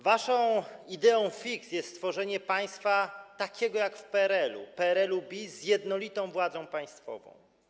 Waszą idée fixe jest stworzenie państwa takiego jak w PRL-u - PRL-u bis z jednolitą władzą państwową.